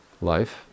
life